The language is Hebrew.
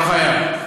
לא חייב.